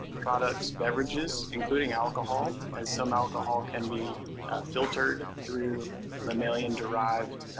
products, beverages, including alcohol, as some alcohol can be filtered through mammalian-derived